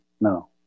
No